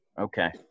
Okay